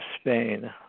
Spain